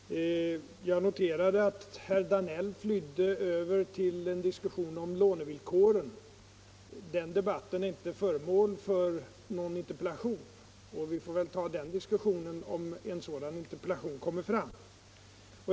Herr talman! Jag noterade att herr Danell flydde över till en diskussion om lånevillkoren. Den debatten är inte föremål för någon interpellation, och vi får väl ta den diskussionen om en sådan interpellation kommer fram.